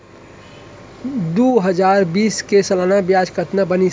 दू हजार बीस के सालाना ब्याज कतना बनिस?